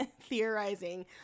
theorizing